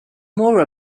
more